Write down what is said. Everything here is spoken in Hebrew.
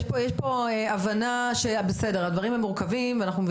יש פה הבנה שהדברים הם מורכבים ואנחנו מבינים